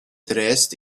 dressed